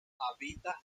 habita